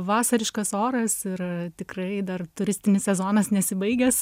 vasariškas oras ir tikrai dar turistinis sezonas nesibaigęs